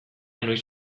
noiz